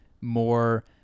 more